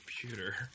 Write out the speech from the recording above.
computer